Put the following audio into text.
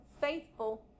faithful